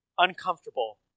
Uncomfortable